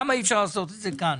למה אי אפשר לעשות את זה כאן?